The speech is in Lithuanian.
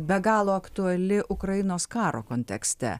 be galo aktuali ukrainos karo kontekste